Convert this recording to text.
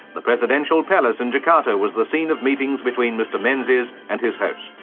the presidential palace in jakarta was the scene of meetings between mr menzies and his host.